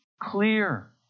clear